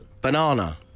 Banana